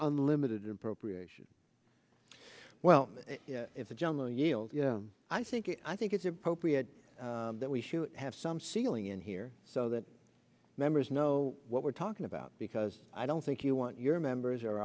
unlimited appropriation well it's a gentle yield i think i think it's appropriate that we should have some ceiling in here so that members know what we're talking about because i don't think you want your members